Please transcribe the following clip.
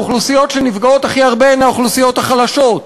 האוכלוסיות שהכי נפגעות הן האוכלוסיות הכי חלשות,